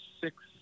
six